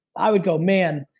i would go, man,